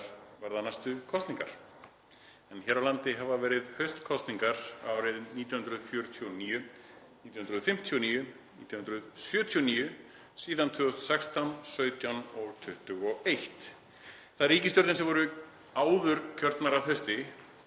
verða næstu kosningar? Hér á landi hafa verið haustkosningar árin 1949, 1959, 1979, síðan 2016, 2017 og 2021. Þær ríkisstjórnir sem voru áður kjörnar að hausti